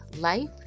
life